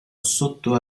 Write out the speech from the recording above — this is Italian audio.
sotto